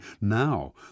Now